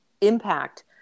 impact